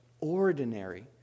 Ordinary